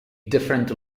different